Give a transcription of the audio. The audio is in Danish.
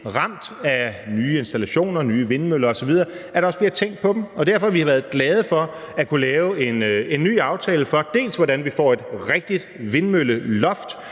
ramt af nye installationer, nye vindmøller osv. Og derfor har vi været glade for at kunne lave en ny aftale, dels om, hvordan vi får et rigtigt vindmølleloft,